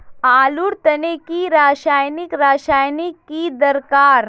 आलूर तने की रासायनिक रासायनिक की दरकार?